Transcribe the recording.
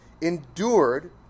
endured